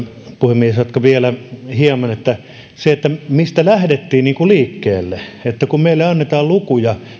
puhemies jatkan vielä hieman siitä mistä lähdettiin liikkeelle meille annetaan lukuja